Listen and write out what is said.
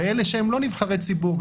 אלה שהם לא נבחרי ציבור,